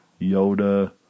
Yoda